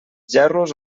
gerros